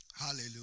Hallelujah